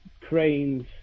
cranes